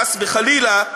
חס וחלילה,